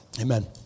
Amen